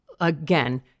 again